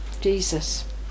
Jesus